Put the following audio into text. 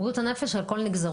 בריאות הנפש על כל נגזרותיה.